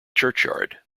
churchyard